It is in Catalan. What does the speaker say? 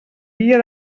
via